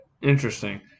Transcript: Interesting